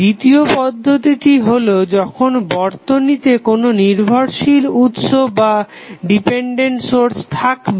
দ্বিতীয় পদ্ধতিটি হলো যখন বর্তনীতে কোনো নির্ভরশীল উৎস থাকবে